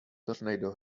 tornado